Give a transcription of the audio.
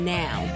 now